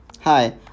Hi